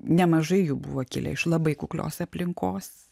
nemažai jų buvo kilę iš labai kuklios aplinkos